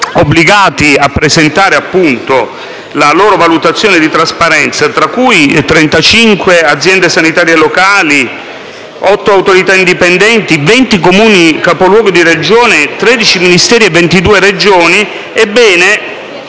obbligati a presentare la loro valutazione di trasparenza, tra cui 35 aziende sanitarie locali, 8 Autorità indipendenti, 20 Comuni Capoluogo di Regione, 13 Ministeri e 22 Regioni. Ebbene,